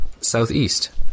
southeast